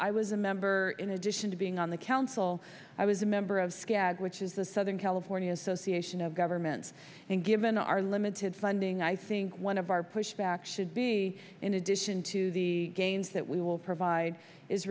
i was a member in addition to being on the council i was a member of skag which is the southern california association of governments and given our limited funding i think one of our pushback should be in addition to the gains that we will provide is